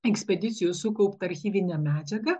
ekspedicijų sukaupta archyvinė medžiaga